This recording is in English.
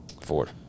Ford